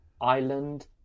island